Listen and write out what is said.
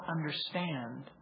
understand